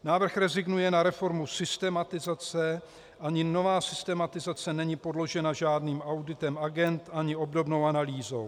Návrh rezignuje na reformu systematizace, ani nová systematizace není podložena žádným auditem agend ani obdobnou analýzou.